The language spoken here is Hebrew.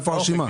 הרשימה.